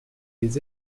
les